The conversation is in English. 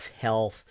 Health